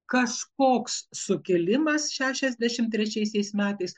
kažkoks sukilimas šešiasdešimt trečiaisiais metais